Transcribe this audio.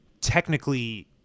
technically